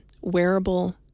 wearable